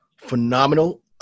phenomenal